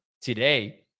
today